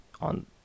on